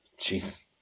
jeez